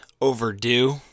overdue